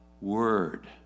word